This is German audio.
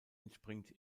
entspringt